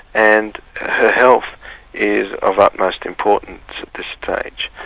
and her health is of utmost importance at this stage.